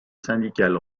syndicales